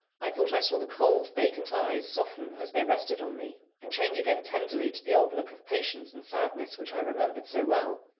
i thought i saw the cold, vacant eyes soften as they rested on me, and change again tenderly to the old look of patience and sadness which i remembered so well.